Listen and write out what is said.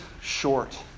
short